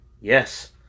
Yes